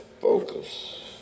focus